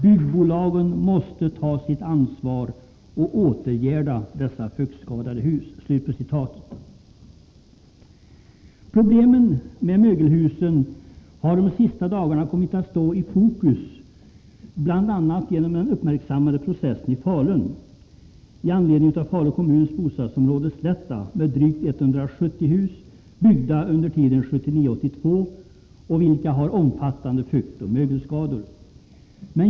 Byggbolagen måste ta sitt ansvar och åtgärda dessa fuktskadade hus.” Problemen med mögelhusen har under de senaste dagarna kommit att stå i fokus, bl.a. på grund av den uppmärksammade processen i Falun angående Falu kommuns bostadsområde Slätta med drygt 170 hus byggda under tiden 1979-1982, vilka har omfattande fuktoch mögelskador.